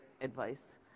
advice